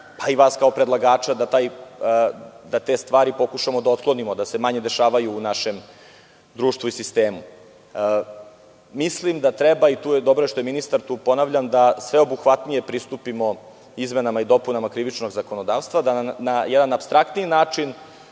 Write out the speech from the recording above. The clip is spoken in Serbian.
a i vas kao predlagača da te stvari pokušamo da otklonimo, da se manje dešavaju u našem društvu i sistemu. Mislim da treba, i dobro je što je ministar tu, da sveobuhvatnije pristupimo izmenama i dopunama krivičnog zakonodavstva, da na jedan apstraktniji način